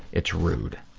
it's rude.